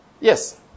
Yes